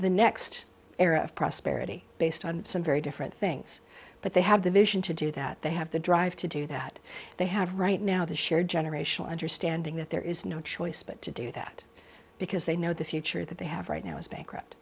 the next era of prosperity based on some very different things but they have the vision to do that they have the drive to do that they have right now the shared generational understanding that there is no choice but to do that because they know the future that they have right now is bankrupt